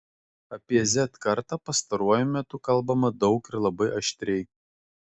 apie z kartą pastaruoju metu kalbama daug ir labai aštriai